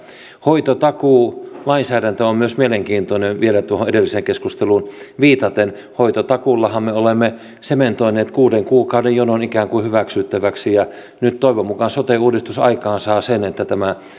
hoitotakuulainsäädäntö on myös mielenkiintoinen vielä tuohon edelliseen keskusteluun viitaten hoitotakuullahan me olemme sementoineet kuuden kuukauden jonon ikään kuin hyväksyttäväksi nyt toivon mukaan sote uudistus aikaansaa sen että tämä